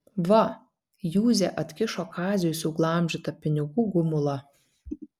va juzė atkišo kaziui suglamžytą pinigų gumulą